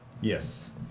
Yes